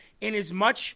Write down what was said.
Inasmuch